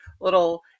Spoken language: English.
little